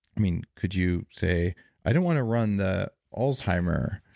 i mean could you say i don't want to run the alzheimer